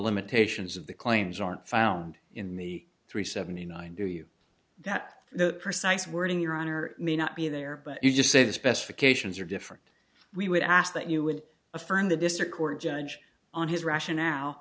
limitations of the claims aren't found in the three seventy nine do you that the precise wording your honor may not be there but you just say the specifications are different we would ask that you would affirm the district court judge on his r